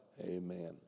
Amen